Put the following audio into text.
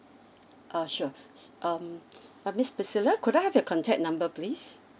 uh sure um uh miss priscilla could I have your contact number please